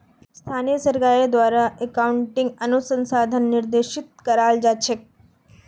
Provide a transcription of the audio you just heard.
स्थानीय सरकारेर द्वारे अकाउन्टिंग अनुसंधानक निर्देशित कराल जा छेक